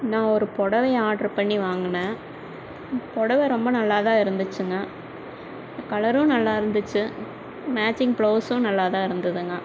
நான் ஒரு புடவையை ஆட்ரு பண்ணி வாங்குனேன் புடவ ரொம்ப நல்லா தான் இருந்துச்சுங்க கலரும் நல்லாருந்துச்சு மேட்சிங் ப்ளவுஸும் நல்லா தான் இருந்ததுங்க